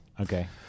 Okay